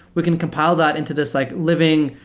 we can compile that into this like living,